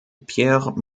pierre